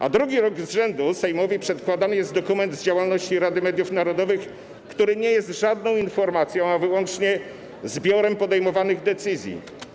A drugi rok z rzędu Sejmowi przedkładany jest dokument z działalności Rady Mediów Narodowych, który nie jest żadną informacją, a wyłącznie zbiorem podejmowanych decyzji.